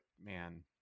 man